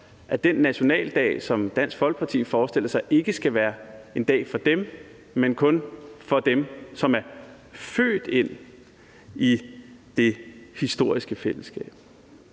at den nationaldag, som Dansk Folkeparti forestiller sig, ikke skal være en dag for dem, men kun for dem, som er født ind i det historiske fællesskab?